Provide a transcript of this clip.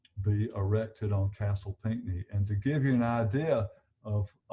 be erected on castle pinckney and to give you an idea of